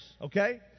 okay